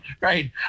Right